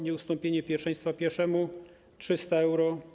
Nieustąpienie pierwszeństwa pieszemu - 300 euro.